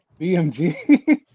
BMG